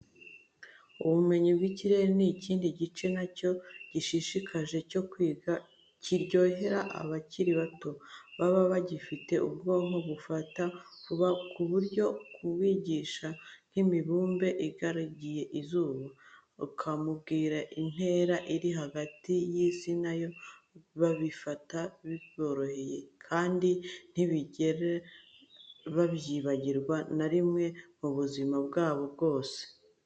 Ubumenyi bw'ikirere ni ikindi gice na cyo gishishikaje cyo kwiga, kiryohera abakiri bato, baba bagifite ubwonko bufata vuba ku buryo kumwigisha nk'imibumbe igaragiye izuba, ukamubwira intera iri hagati y'isi na yo, babifata biboroheye kandi ntibigere babyibagirwa na rimwe mu buzima bwabo bwose.